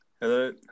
Hello